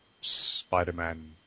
Spider-Man